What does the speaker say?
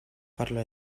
farlo